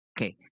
Okay